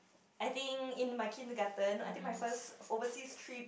I think in my kindergarten I think my first overseas trip